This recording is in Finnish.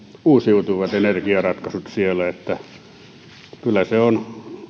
uusiutuvat energiaratkaisut siellä kyllä se on